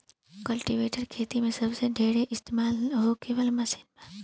cultivator खेती मे सबसे ढेर इस्तमाल होखे वाला मशीन बा